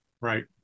Right